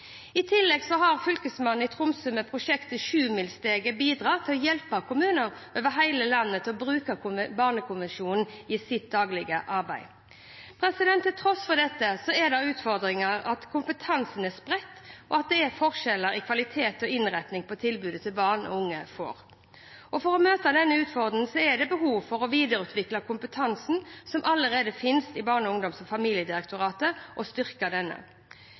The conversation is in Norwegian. I tillegg har Fylkesmannen i Tromsø med prosjektet «Sjumilssteget» bidratt til å hjelpe kommuner over hele landet til å bruke Barnekonvensjonen i sitt daglige arbeid. Til tross for dette er det en utfordring at kompetansen er spredt, og at det er forskjeller i kvalitet og innretning på tilbudet barn og unge får. For å møte denne utfordringen er det behov for å videreutvikle kompetansen som allerede finnes i Barne-, ungdoms- og familiedirektoratet, og styrke denne.